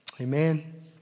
Amen